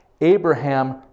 Abraham